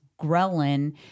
ghrelin